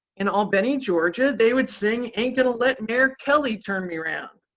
in albany, georgia. they would sing, ain't gonna let mayor kelly turn me around,